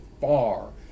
far